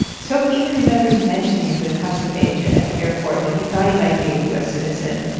sok even remembers mentioning to the custom agent at the airport that he thought he might be a u s. citizen.